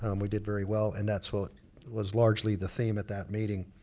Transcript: um we did very well. and that's what was largely the theme at that meeting.